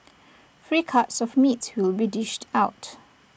free cuts of meat will be dished out